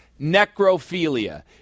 Necrophilia